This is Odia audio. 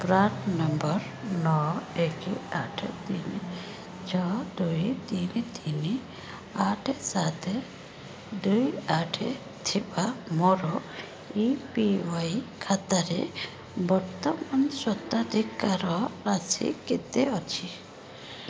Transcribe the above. ପ୍ରାନ୍ ନମ୍ବର ନଅ ଏକ ଆଠ ତିନି ଛଅ ଦୁଇ ତିନି ତିନି ଆଠ ସାତ ଦୁଇ ଆଠ ଥିବା ମୋର ଏ ପି ୱାଇ ଖାତାରେ ବର୍ତ୍ତମାନ ସ୍ୱତ୍ୱାଧିକାର ରାଶି କେତେ ଅଛି